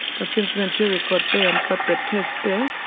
but since when children got there and got that test there,